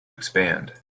expand